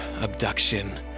abduction